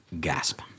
gasp